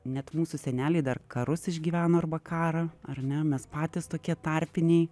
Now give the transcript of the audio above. net mūsų seneliai dar karus išgyveno arba karą ar ne mes patys tokie tarpiniai